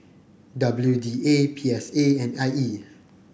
W D A P S A and I E